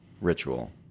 ritual